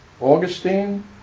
Augustine